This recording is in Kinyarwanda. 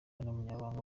n’umunyamabanga